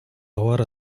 hora